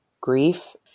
grief